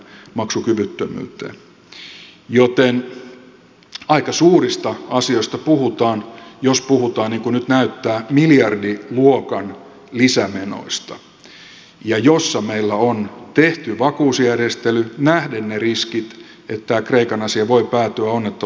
joten aika suurista asioista puhutaan jos puhutaan niin kuin nyt näyttää miljardiluokan lisämenoista kun meillä on tehty vakuusjärjestely nähden ne riskit että tämä kreikan asia voi päätyä onnettomalla tavalla